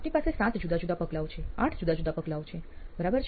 આપની પાસે સાત જુદા જુદા પગલાંઓ છે આઠ જુદા જુદા પગલાંઓ છે બરાબર છે